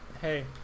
hey